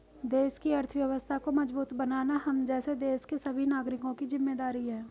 देश की अर्थव्यवस्था को मजबूत बनाना हम जैसे देश के सभी नागरिकों की जिम्मेदारी है